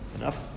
Enough